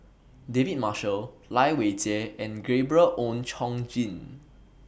David Marshall Lai Weijie and Gabriel Oon Chong Jin